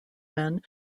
men